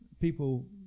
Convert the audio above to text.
People